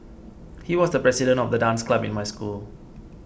he was the president of the dance club in my school